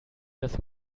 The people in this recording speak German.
dass